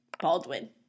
Baldwin